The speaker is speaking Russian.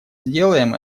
сделаем